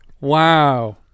Wow